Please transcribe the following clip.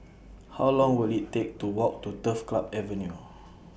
How Long Will IT Take to Walk to Turf Club Avenue